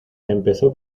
empezó